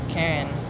Karen